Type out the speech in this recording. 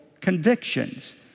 convictions